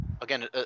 again